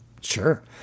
Sure